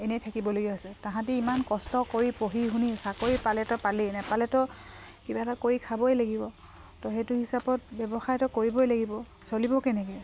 এনেই থাকিবলগীয়া হৈছে তাহাঁতি ইমান কষ্ট কৰি পঢ়ি শুনি চাকৰি পালেতো পালে নেপালেতো কিবা এটা কৰি খাবই লাগিব ত' সেইটো হিচাপত ব্যৱসায়টো কৰিবই লাগিব চলিব কেনেকে